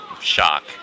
shock